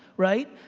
right?